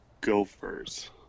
Gophers